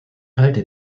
halte